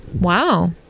Wow